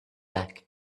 back